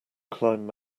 climb